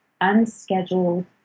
unscheduled